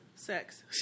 Sex